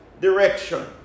direction